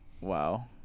Wow